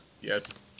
yes